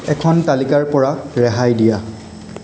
এখন তালিকাৰ পৰা ৰেহাই দিয়া